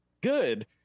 good